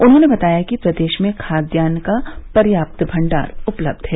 उन्होंने बताया कि प्रदेश में खाद्यान्न का पर्याप्त भंडार उपलब्ध है